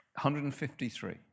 153